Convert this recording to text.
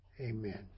Amen